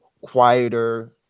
quieter